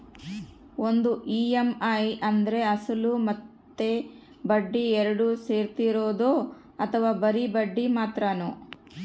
ಒಂದು ಇ.ಎಮ್.ಐ ಅಂದ್ರೆ ಅಸಲು ಮತ್ತೆ ಬಡ್ಡಿ ಎರಡು ಸೇರಿರ್ತದೋ ಅಥವಾ ಬರಿ ಬಡ್ಡಿ ಮಾತ್ರನೋ?